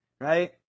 Right